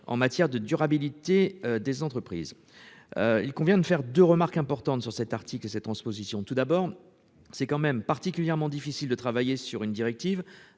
en matière de durabilité des entreprises. Il convient de faire 2 remarques importantes sur cet article. Cette transposition tout d'abord, c'est quand même particulièrement difficile de travailler sur une directive